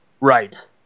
Right